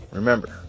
remember